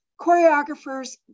choreographers